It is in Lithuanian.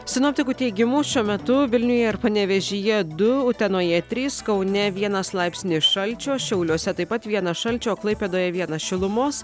sinoptikų teigimu šiuo metu vilniuje ir panevėžyje du utenoje trys kaune vienas laipsnis šalčio šiauliuose taip pat vienas šalčio o klaipėdoje vienas šilumos